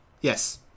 Yes